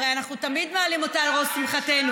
הרי אנחנו תמיד מעלים אותה על ראש שמחתנו.